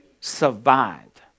survived